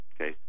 okay